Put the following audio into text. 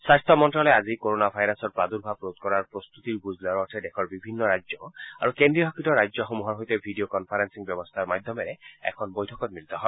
স্বাস্থ্য মন্ত্যালয়ে আজি কোৰোণা ভাইৰাছৰ প্ৰদূৰ্ভাৱ ৰোধ কৰাৰ প্ৰস্ত্বতিৰ বুজ লোৱাৰ অৰ্থে দেশৰ বিভিন্ন ৰাজ্য আৰু কেন্দ্ৰীয় শাসিত ৰাজ্যসমূহৰ সৈতে ভিডিঅ কন্ফাৰেঙিং ব্যৱস্থাৰ মাধ্যমেৰে এখন বৈঠকত মিলিত হয়